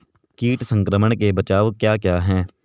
कीट संक्रमण के बचाव क्या क्या हैं?